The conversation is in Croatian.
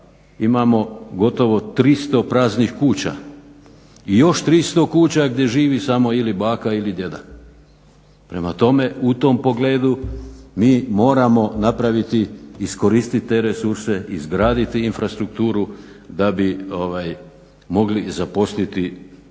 imamo gotovo 300 praznih kuća i još 300 kuća gdje živi samo ili baka ili djeda. Prema tome, u tom pogledu mi moramo napraviti, iskoristit te resurse, izgradit infrastrukturu da bi moli zaposliti stanovništvo.